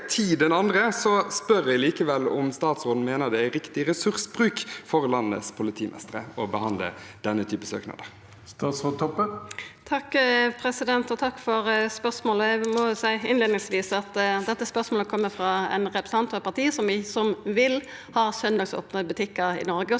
tid enn andre, spør jeg likevel om statsråden mener det er riktig ressursbruk for landets politimestre å behandle denne typen søknader. Statsråd Kjersti Toppe Takk for spørs- målet. Eg må jo seia innleiingsvis at dette spørsmålet kjem frå ein representant frå eit parti som vil ha søndagsopne butikkar i Noreg,